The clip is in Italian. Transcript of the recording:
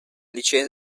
liceo